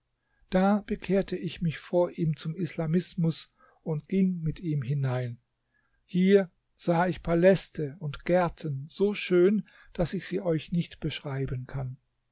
da bekehrte ich mich vor ihm zum islamismus und ging mit ihm hinein hier sah ich paläste und gärten so schön daß ich sie euch nicht beschreiben kann